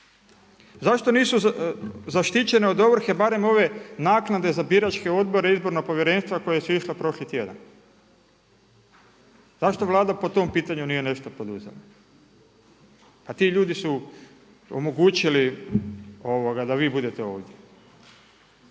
Zašto nisu zaštićene od ovrhe barem ove naknade za biračke odbore, izborna povjerenstva koje su išle prošli tjedan? Zašto Vlada po tom pitanju nije nešto poduzela a ti ljudi su omogućili da vi budete ovdje.